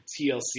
TLC